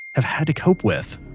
have had to cope with